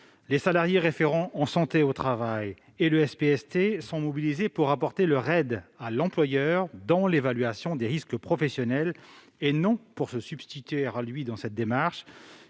les salariés référents en santé et sécurité au travail et le SPST sont mobilisés pour apporter leur aide à l'employeur dans l'évaluation des risques professionnels et non pour se substituer à lui dans cette démarche.